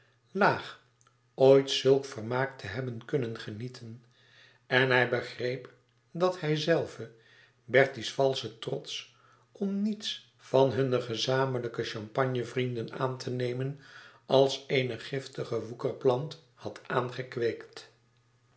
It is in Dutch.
laag oit zulk vermaak te hebben kunnen genieten en hij begreep dat hijzelf bertie's valschen trots om niets van hunne gezamenlijke champagne vrienden aan te nemen als eene giftige woekerplant had aangekweekt